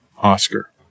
Oscar